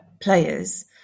players